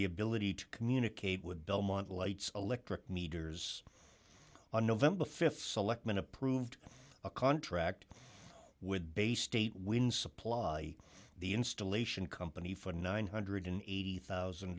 the ability to communicate with belmont lights electric meters on nov th selectman approved a contract with bay state winds supply the installation company for nine hundred and eighty thousand